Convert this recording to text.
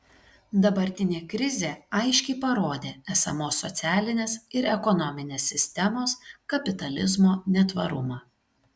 dabartinė krizė aiškiai parodė esamos socialinės ir ekonominės sistemos kapitalizmo netvarumą